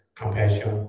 compassion